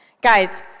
Guys